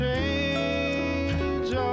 change